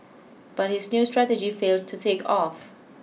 but his new strategy failed to take off